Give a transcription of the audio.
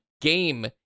game